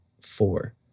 four